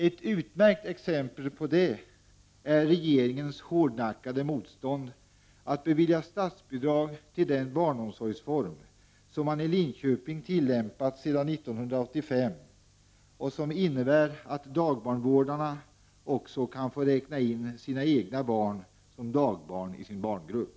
Ett utmärkt exempel på det är regeringens hårdnackade motstånd mot att bevilja statsbidrag till den barnomsorgsform som man i Linköping tillämpat sedan 1985 och som innebär att dagbarnvårdarna också kan få räkna in sina egna barn som dagbarn i sin barngrupp.